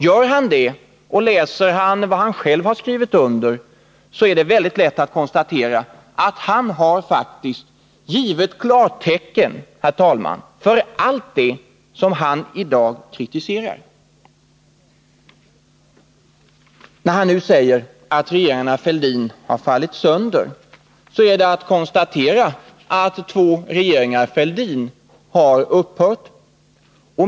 Gör han det och läser vad han själv har skrivit under kan han mycket lätt konstatera att han faktiskt har gett klartecken för sådant som han i dag kritiserar. Hilding Johansson säger att regeringarna Fälldin har fallit sönder, och jag kan också konstatera att två regeringar Fälldin har upphört.